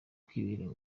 kwibera